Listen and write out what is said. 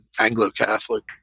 Anglo-Catholic